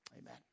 Amen